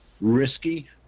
risky